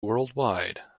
worldwide